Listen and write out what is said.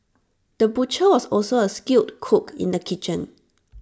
the butcher was also A skilled cook in the kitchen